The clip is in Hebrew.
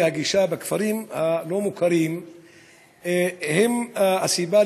גישה בכפרים הלא-מוכרים הוא הסיבה,